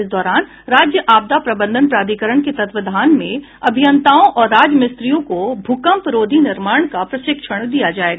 इस दौरान राज्य आपदा प्रबंधन प्राधिकरण के तत्वावधान में अभियंताओं और राजमिस्त्रियों को भूकंपरोधी निर्माण का प्रशिक्षण दिया जायेगा